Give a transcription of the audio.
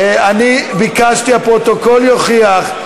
אני ביקשתי, הפרוטוקול יוכיח.